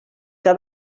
que